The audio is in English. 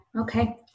Okay